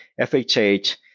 FHH